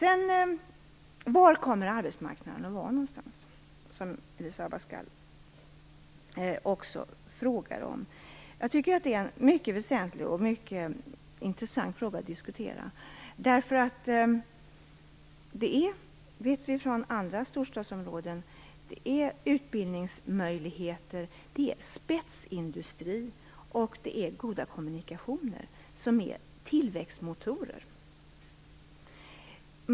Elisa Abascal Reyes frågade också om var arbetsmarknaden kommer att finnas. Det är en väsentlig och intressant fråga att diskutera. Från andra storstadsområden vet vi ju att det är utbildningsmöjligheter, spetsindustri och goda kommunikationer som är tillväxtmotorer.